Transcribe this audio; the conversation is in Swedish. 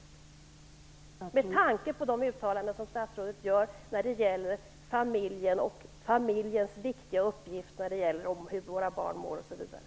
Jag ställer frågan med tanke på de uttalanden som statsrådet gör om familjen och familjens viktiga uppgift när det gäller hur våra barn mår osv.